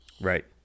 Right